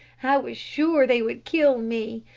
i was sure they would kill me.